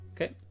okay